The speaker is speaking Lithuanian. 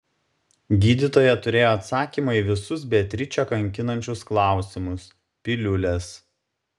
gydytoja turėjo atsakymą į visus beatričę kankinančius klausimus piliulės